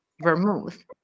vermouth